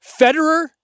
federer